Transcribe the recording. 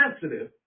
sensitive